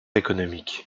économique